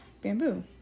bamboo